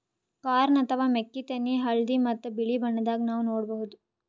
corn ಅಥವಾ ಮೆಕ್ಕಿತೆನಿ ಹಳ್ದಿ ಮತ್ತ್ ಬಿಳಿ ಬಣ್ಣದಾಗ್ ನಾವ್ ನೋಡಬಹುದ್